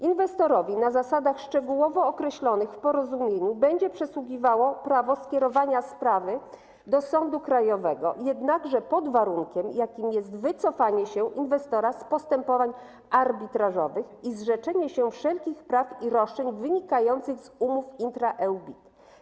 Inwestorowi na zasadach szczegółowo określonych w porozumieniu będzie przysługiwało prawo skierowania sprawy do sądu krajowego, jednakże pod warunkiem, jakim jest wycofanie się inwestora z postępowania arbitrażowego i zrzeczenie się wszelkich praw i roszczeń wynikających z umowy intra-EU BIT.